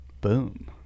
Boom